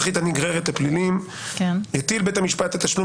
הנגררת לפלילים יטיל בית המשפט את תשלום